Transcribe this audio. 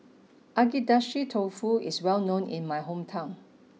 Agedashi Dofu is well known in my hometown